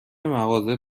مغازه